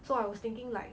so I was thinking like